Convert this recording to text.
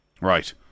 Right